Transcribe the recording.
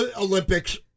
Olympics